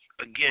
again